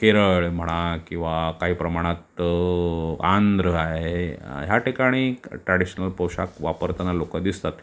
केरळ म्हणा किंवा काही प्रमाणात आंध्र आहे ह्या ठिकाणी क ट्रॅडिशनल पोशाख वापरताना लोक दिसतात